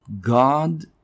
God